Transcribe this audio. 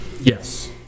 Yes